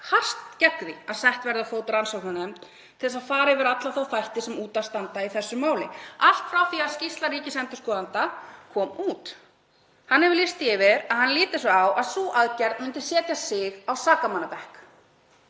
hart gegn því að sett verði á fót rannsóknarnefnd til að fara yfir alla þá þætti sem út af standa í þessu máli, allt frá því að skýrsla ríkisendurskoðanda kom út. Hann hefur lýst því yfir að hann líti svo á að sú aðgerð myndi setja sig á sakamannabekk.